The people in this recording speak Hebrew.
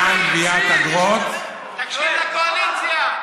לעניין גביית אגרות, תקשיב לקואליציה.